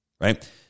Right